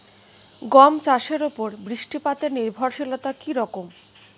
গম চাষের উপর বৃষ্টিপাতে নির্ভরশীলতা কী রকম?